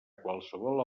qualsevol